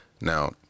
now